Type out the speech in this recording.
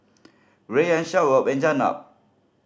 Rayyan Shoaib and Jenab